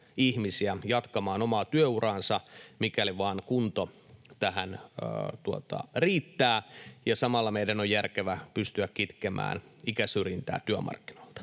jatkamaan omaa työuraansa, mikäli vain kunto tähän riittää, ja samalla meidän on järkevää pystyä kitkemään ikäsyrjintää työmarkkinoilta.